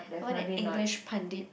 what an English pundit